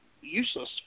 useless